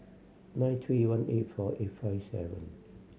nine three one eight four eight five seven